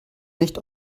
nicht